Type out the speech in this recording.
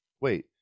wait